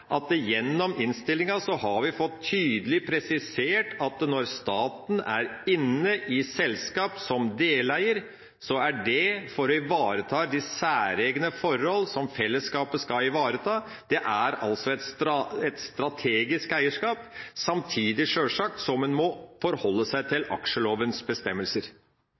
at vi gjennom innstillinga har fått tydelig presisert at når staten er inne i selskap som deleier, er det for å ivareta de særegne forhold som fellesskapet skal ivareta. Det er altså et strategisk eierskap, samtidig som en sjølsagt må forholde seg til aksjelovens bestemmelser.